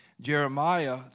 Jeremiah